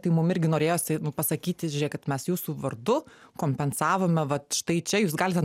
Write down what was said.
tai mum irgi norėjosi pasakyti kad mes jūsų vardu kompensavome vat štai čia jūs galite